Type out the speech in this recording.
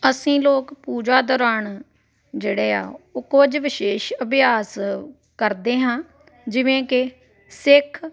ਅਸੀਂ ਲੋਕ ਪੂਜਾ ਦੌਰਾਨ ਜਿਹੜੇ ਆ ਉਹ ਕੁਝ ਵਿਸ਼ੇਸ਼ ਅਭਿਆਸ ਕਰਦੇ ਹਾਂ ਜਿਵੇਂ ਕਿ ਸਿੱਖ